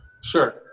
sure